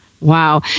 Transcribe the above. Wow